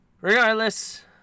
regardless